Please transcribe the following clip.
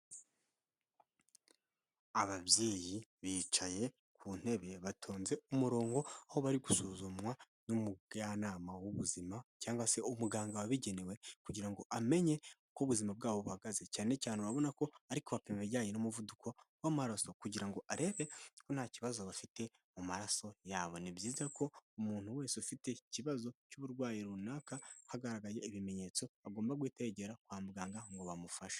Ababyeyi bicaye ku ntebe batonze umurongo, aho bari gusuzumwa n'umujyanama w'ubuzima cyangwa se umuganga wabigenewe, kugira ngo amenye uko ubuzima bwabo buhagaze cyane cyane urabona ko ari gupima ibijyanye n'umuvuduko w'amaraso kugira ngo arebe ko nta kibazo bafite mu maraso yabo, ni byiza ko umuntu wese ufite ikibazo cy'uburwayi runaka hagaragaye ibimenyetso agomba guhita yegera kwa muganga ngo bamufashe.